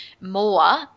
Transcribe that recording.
more